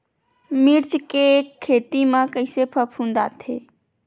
मिर्च के खेती म कइसे फफूंद आथे?